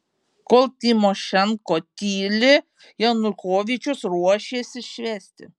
kol tymošenko tyli janukovyčius ruošiasi švęsti